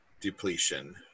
depletion